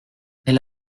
elle